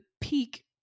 peak